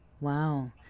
wow